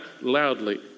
loudly